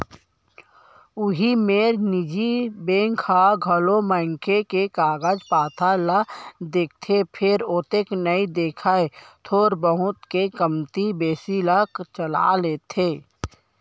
उही मेर निजी बेंक ह घलौ मनखे के कागज पातर ल देखथे फेर ओतेक नइ देखय थोर बहुत के कमती बेसी ल चला लेथे